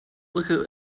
look